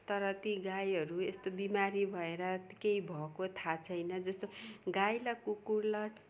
तर ती गाईहरू यस्तो बिमारी भएर केही भएको थाहा छैन जस्तो गाईलाई कुकुरलाई